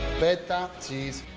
feta cheese!